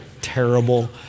Terrible